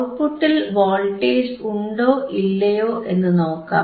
ഔട്ട്പുട്ടിൽ വോൾട്ടേജ് ഉണ്ടോ ഇല്ലയോ എന്നു നോക്കാം